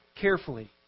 carefully